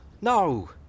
No